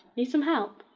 need some help?